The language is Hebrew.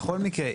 בכל מקרה,